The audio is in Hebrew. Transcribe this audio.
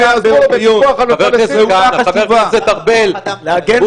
שיעזרו לו בפיקוח על --- לא שהוא